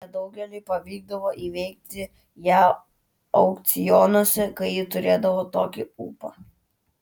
nedaugeliui pavykdavo įveikti ją aukcionuose kai ji turėdavo tokį ūpą